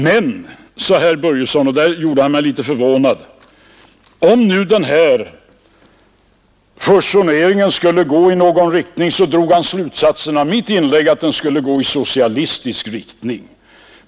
Men herr Börjesson gjorde mig litet förvånad genom att säga att om nu den här fusioneringen skulle gå i någon riktning, så drog han slutsatsen av mitt inlägg att den skulle gå i socialistisk riktning.